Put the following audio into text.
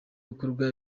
gukorwa